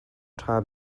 ṭha